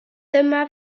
dyma